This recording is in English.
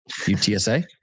UTSA